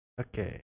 Okay